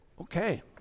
Okay